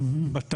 לא.